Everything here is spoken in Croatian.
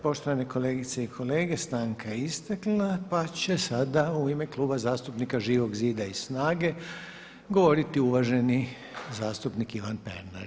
Poštovane kolegice i kolege, stanka je istekla pa će sada u ime Kluba zastupnika Živog zida i SNAGA-e govoriti uvaženi zastupnik Ivan Pernar.